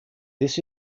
this